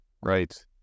Right